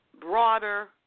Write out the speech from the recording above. broader